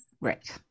right